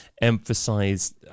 emphasize